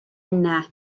yna